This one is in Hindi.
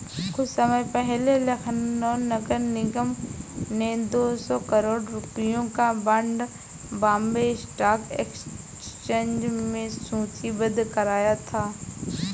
कुछ समय पहले लखनऊ नगर निगम ने दो सौ करोड़ रुपयों का बॉन्ड बॉम्बे स्टॉक एक्सचेंज में सूचीबद्ध कराया था